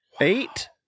Eight